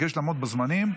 אני מבקש לעמוד בזמנים.